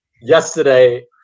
yesterday